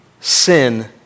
sin